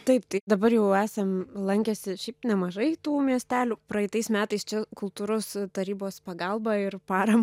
taip tai dabar jau esam lankęsi šiaip nemažai tų miestelių praeitais metais čia kultūros tarybos pagalba ir parama